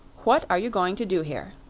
what are you going to do here?